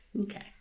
Okay